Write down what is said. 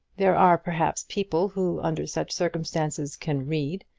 there are, perhaps, people who under such circumstances can read,